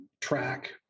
track